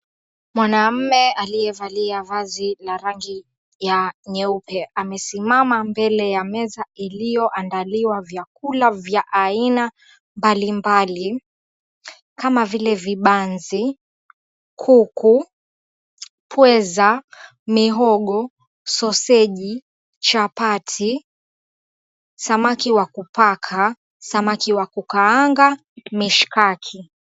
Mwanaume aliyevalia vazi la rangi ya nyeupe amesimama mbele ya meza iliyoandaliwa vyakula vya aina mbalimbali kama vile vibanzi, kuku, pweza, mihogo, soseji, chapati, samaki wa kupaka, samaki wa kukaanga, mishikaki.